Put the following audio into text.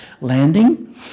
landing